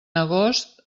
agost